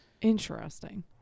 Interesting